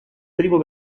primo